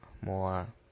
more